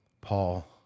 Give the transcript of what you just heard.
Paul